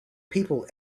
people